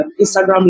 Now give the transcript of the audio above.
Instagram